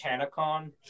Tanacon